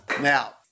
Now